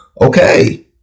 okay